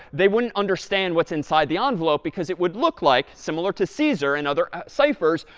they wouldn't understand what's inside the envelope, because it would look like, similar to caesar and other ciphers,